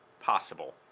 possible